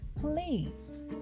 please